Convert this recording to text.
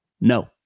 no